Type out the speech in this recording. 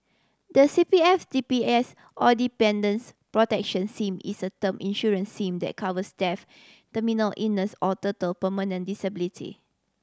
the C P F D P S or Dependants' Protection Scheme is a term insurance scheme that covers death terminal illness or total permanent disability